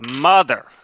Mother